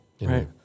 right